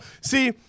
See